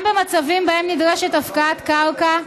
גם במצבים שבהם נדרשת הפקעת קרקע,